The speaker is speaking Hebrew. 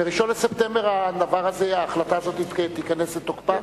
ב-1 בספטמבר ההחלטה הזאת תיכנס לתוקפה?